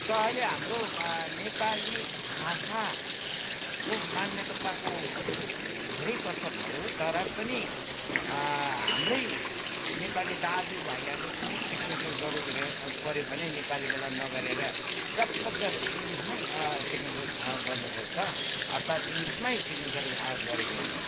त अहिले हाम्रो नेपाली भाषाको मान्यता पाएको धेरै वर्ष भयो तर पनि हाम्रै नेपाली दाजुभाइहरूले कुनै सिक्नेचर गर्नुपऱ्यो अब पऱ्यो भने नेपालीबाट नगरेर जब्बरजस्ती इङ्लिसमै सिक्नेचर गर्नुखोज्छ अर्थात् इङ्लिसमै सिक्नेचर गरेको हुन्छ